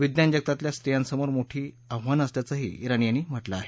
विज्ञान जगतातल्या स्त्रीयांसमोर अनेक मोठी आव्हानं असल्याचंही इराणी यांनी म्हटलं आहे